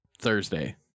Thursday